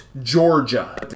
Georgia